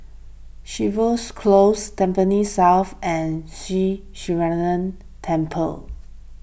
Jervois Close Tampines South and Sri Temple